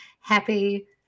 Happy